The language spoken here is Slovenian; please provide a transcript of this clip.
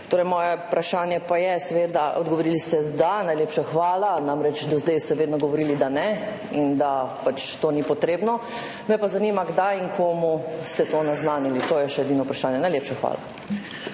Na moje vprašanje pa ste seveda odgovorili z da, najlepša hvala, namreč do zdaj ste vedno govorili, da ne in da pač to ni potrebno. Me pa zanima: Kdaj in komu ste to naznanili? To je še edino vprašanje. Najlepša hvala.